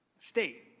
state.